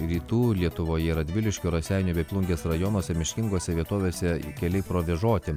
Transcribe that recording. rytų lietuvoje radviliškio raseinių bei plungės rajonuose miškingose vietovėse keliai provėžoti